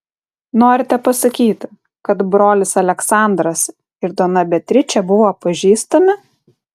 norite pasakyti kad brolis aleksandras ir dona beatričė buvo pažįstami